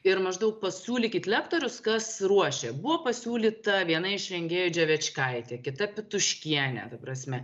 ir maždaug pasiūlykit lektorius kas ruošė buvo pasiūlyta viena iš rengėjų džiavečkaitė kita petuškienė ta prasme